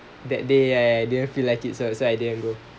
that day I didn't feel like it so so I didn't go